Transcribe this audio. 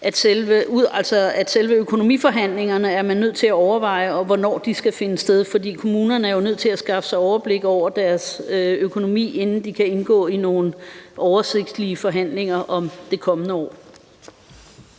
selve økonomiforhandlingerne skal finde sted, for kommunerne er jo nødt til at skaffe et overblik over deres økonomi, inden de kan indgå i nogle overordnede forhandlinger om det kommende år.